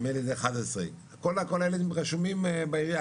נדמה לי זה 11. כל הילדים רשומים בעירייה.